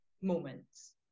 moments